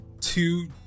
two